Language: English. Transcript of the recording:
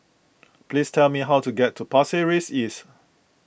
please tell me how to get to Pasir Ris East